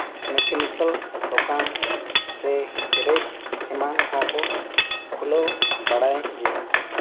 mechanical ᱫᱚᱠᱟᱱ ᱥᱮ garage ᱮᱢᱟᱱ ᱠᱚᱦᱚᱸ ᱠᱚ ᱠᱷᱩᱞᱟᱹᱣ ᱵᱟᱲᱟᱭᱮᱜ ᱜᱮᱭᱟ